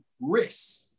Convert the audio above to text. risk